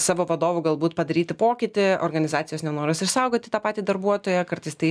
savo vadovu galbūt padaryti pokytį organizacijos nenoras išsaugoti tą patį darbuotoją kartais tai